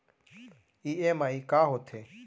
EMI का होथे?